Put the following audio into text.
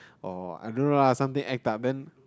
or I don't know lah something act that man